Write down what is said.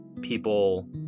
people